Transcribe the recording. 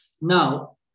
Now